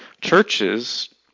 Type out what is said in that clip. churches